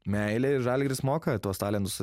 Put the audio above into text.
meile ir žalgiris moka tuos talentus